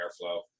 airflow